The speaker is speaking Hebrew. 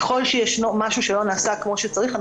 ככל שיש משהו שלא נעשה כמו שצריך,